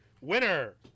winner